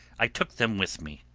i took them with me.